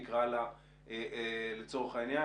נקרא לה כך לצורך העניין,